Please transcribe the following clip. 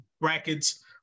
brackets